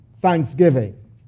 thanksgiving